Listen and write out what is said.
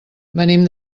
venim